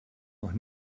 noch